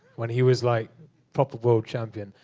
when he was like proper world champion.